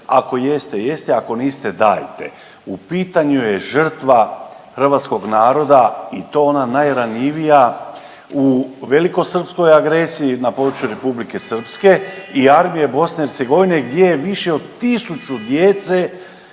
ako jeste, jeste, ako niste, dajte. U pitanju je žrtva hrvatskog naroda i to ona najranjivija u velikosrpskoj agresiji na području R. Srpske i Armije BiH gdje je više od 1000 djece